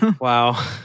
Wow